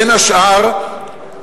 בין השאר,